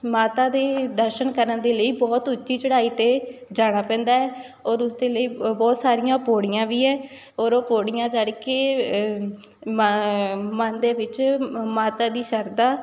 ਮਾਤਾ ਦੇ ਦਰਸ਼ਨ ਕਰਨ ਦੇ ਲਈ ਬਹੁਤ ਉੱਚੀ ਚੜ੍ਹਾਈ 'ਤੇ ਜਾਣਾ ਪੈਂਦਾ ਹੈ ਔਰ ਉਸ ਦੇ ਲਈ ਬਹੁਤ ਸਾਰੀਆਂ ਪੌੜੀਆਂ ਵੀ ਹੈ ਔਰ ਉਹ ਪੌੜੀਆਂ ਚੜ੍ਹ ਕੇ ਮ ਮਨ ਦੇ ਵਿੱਚ ਮਾਤਾ ਦੀ ਸ਼ਰਧਾ